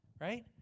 Right